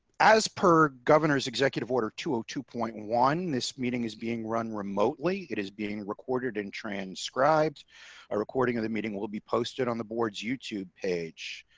as per governor's executive order to ah two point one this meeting is being run remotely. it is being recorded and transcribed a recording of the meeting will be posted on the boards youtube page.